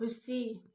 खुसी